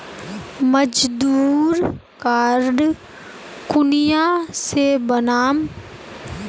मजदूर कार्ड कुनियाँ से बनाम?